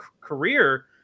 career